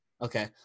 Okay